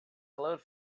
glowed